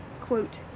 quote